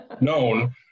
known